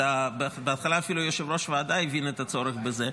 ובהתחלה אפילו יושב-ראש הוועדה הבין את הצורך בזה,